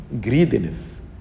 greediness